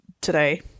today